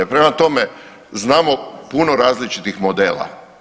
Prema tome, znamo puno različitih modela.